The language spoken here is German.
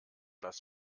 las